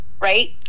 Right